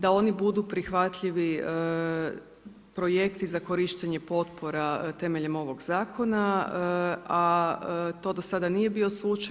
Da oni budu prihvatljivi projekti za korištenje potpora temeljem ovog zakona, a to do sada nije bio slučaj.